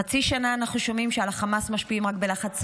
חצי שנה אנחנו שומעים שעל החמאס משפיעים רק בלחץ צבאי.